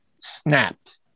Snapped